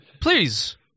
Please